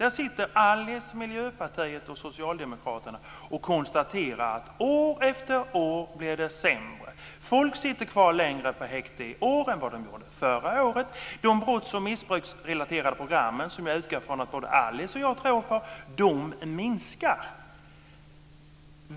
Alice Åström, Miljöpartiet och socialdemokraterna sitter och konstaterar att det blir sämre år efter år. Folk sitter kvar längre på häktena i år än vad de gjorde förra året. De brotts och missbruksrelaterade programmen, som jag utgår från att både Alice Åström och jag tror på, minskar.